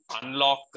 unlock